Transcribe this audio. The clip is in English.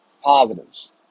positives